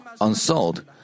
unsold